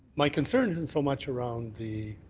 my concern so much around the